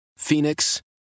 Phoenix